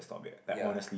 ya